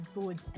good